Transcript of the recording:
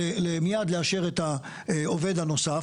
מייד לאשר את העובד הנוסף,